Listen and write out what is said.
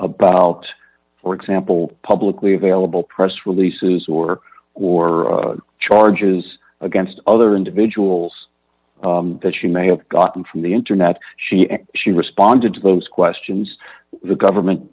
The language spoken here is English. about for example publicly available press releases or or charges against other individuals that she may have gotten from the internet she and she responded to those questions the government